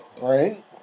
Right